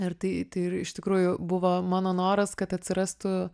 ir tai tai ir iš tikrųjų buvo mano noras kad atsirastų